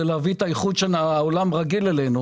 להביא את האיכות שהעולם רגיל מן התוצרת שלנו.